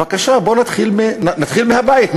בבקשה נתחיל מהבית,